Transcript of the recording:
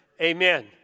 Amen